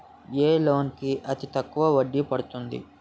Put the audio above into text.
ఏ loan కి అతి తక్కువ వడ్డీ పడుతుంది?